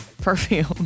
perfume